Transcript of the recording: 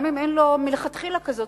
גם אם אין לו מלכתחילה משנה כזאת,